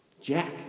Jack